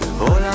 hola